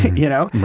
you know?